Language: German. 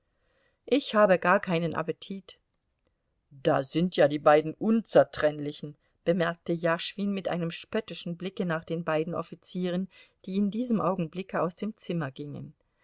ich habe gar keinen appetit da sind ja die beiden unzertrennlichen bemerkte jaschwin mit einem spöttischen blicke nach den beiden offizieren die in diesem augenblicke aus dem zimmer gingen